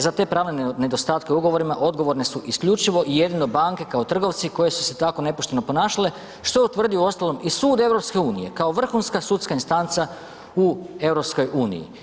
Za te pravne nedostatke u ugovorima odgovorne su isključivo i jedino banke kao trgovci koje su se tako nepošteno ponašale što je utvrdio uostalom i Sud EU, kao vrhunska sudska instanca u EU.